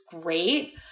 great